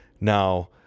Now